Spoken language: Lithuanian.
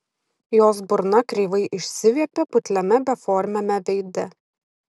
jos burna kreivai išsiviepė putliame beformiame veide